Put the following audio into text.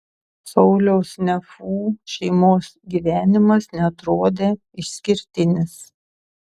sauliaus nefų šeimos gyvenimas neatrodė išskirtinis